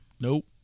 Nope